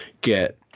get –